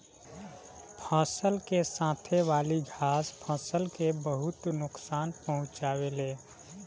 फसल के साथे वाली घास फसल के बहुत नोकसान पहुंचावे ले